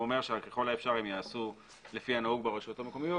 אומר שככל האפשר הם יעשו לפי הנהוג ברשויות המקומיות